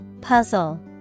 Puzzle